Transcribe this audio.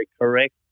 correct